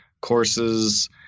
courses